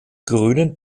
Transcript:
grünen